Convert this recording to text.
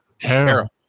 terrible